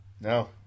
No